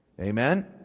Amen